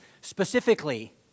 specifically